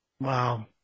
Wow